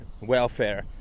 welfare